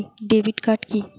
Debit card key?